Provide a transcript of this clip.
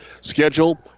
Schedule